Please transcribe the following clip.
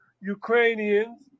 Ukrainians